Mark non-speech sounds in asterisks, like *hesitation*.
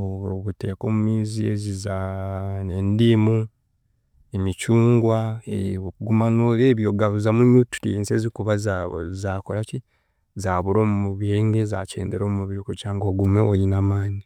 obu- obuteeka omu miizi, ezi za endiimu, emicungwa *hesitation* oguma n'orya ebyo ogaruzamu nutrients ezikuba zaaba zaakoraki za zaabura omu mubiri ninga ezaakyendera omu mubiri kugira ngu ogume oine amaani